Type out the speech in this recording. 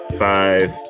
Five